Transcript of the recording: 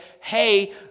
hey